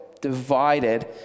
divided